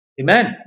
Amen